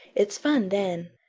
it's fun then.